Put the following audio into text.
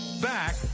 Back